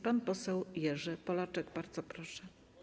Pan poseł Jerzy Polaczek, bardzo proszę.